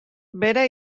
bera